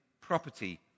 property